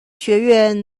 学院